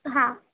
હા